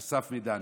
אסף מידני.